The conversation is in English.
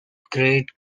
grade